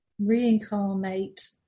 reincarnate